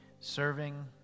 serving